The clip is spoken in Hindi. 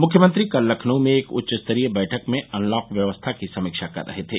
मुख्यमंत्री कल लखनऊ में एक उच्च स्तरीय बैठक में अनलॉक व्यवस्था की समीक्षा कर रहे थे